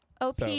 OP